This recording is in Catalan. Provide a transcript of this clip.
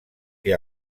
que